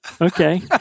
Okay